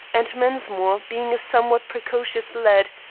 and mensmore, being a somewhat precocious lad,